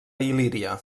il·líria